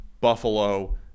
Buffalo